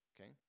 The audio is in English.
okay